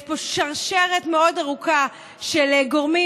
יש פה שרשרת מאוד ארוכה של גורמים